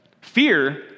Fear